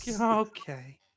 Okay